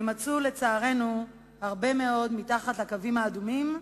ויימצאו לצערנו הרבה מאוד מתחת לקווים האדומים,